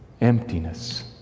emptiness